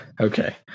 Okay